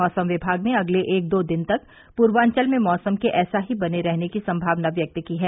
मौसम विभाग ने अगले एक दो दिन तक पूर्वांचल में मौसम के ऐसा ही बने रहने की संभावना व्यक्त की है